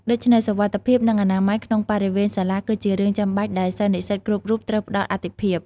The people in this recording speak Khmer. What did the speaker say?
ដូច្នេះ សុវត្ថិភាព និងអនាម័យ ក្នុងបរិវេណសាលា គឺជារឿងចាំបាច់ដែលសិស្សនិស្សិតគ្រប់រូបត្រូវផ្ដល់អាទិភាព។